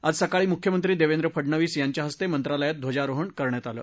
आज सकाळी मूख्यमंत्री देवेंद्र फडनवीस यांच्या हस्ते मंत्रालयात ध्वजारोहण करण्यात आलं